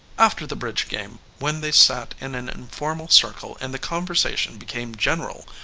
after the bridge game, when they sat in an informal circle and the conversation became general,